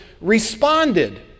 responded